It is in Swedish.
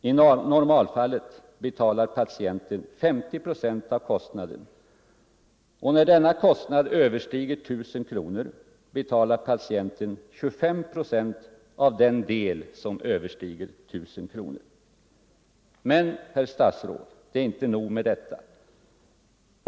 I normalfallet betalar patienten 50 procent av kostnaden, och när denna kostnad överstiger 1000 kronor betalar patienten 25 procent av den del som överstiger 1000 kronor. Men, herr statsråd, det är inte nog med detta.